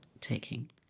taking